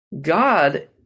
God